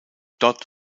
dort